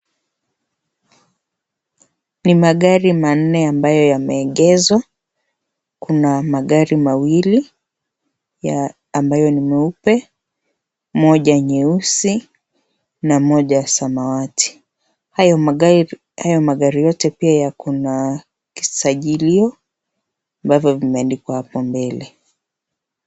Ni magari manne ambayo yameegezwa, kuna magari mawili, ambayo ni meupe, Moja nyeusi na moja ya samawati. Hayo magari yote pia yako na kisajilio ambavyo vimeandikwa hapo mbele